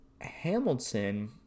Hamilton